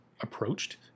approached